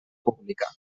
pública